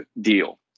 deal